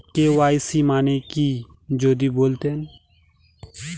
KYC মানে কি যদি বলতেন?